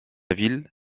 ville